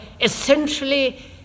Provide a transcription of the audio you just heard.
essentially